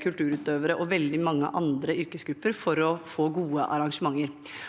kulturutøvere og veldig mange andre yrkesgrupper for å få gode arrangementer.